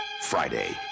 Friday